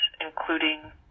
including